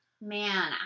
Man